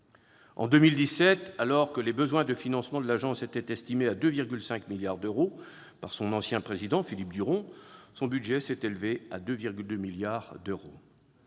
En 2017, alors que les besoins de financement de l'Agence étaient estimés à 2,5 milliards d'euros par son ancien président, Philippe Duron, son budget s'est élevé à 2,2 milliards d'euros.